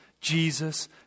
Jesus